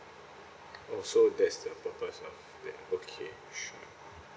oh so that is the purpose of that okay sure